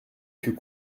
fut